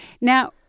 Now